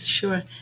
sure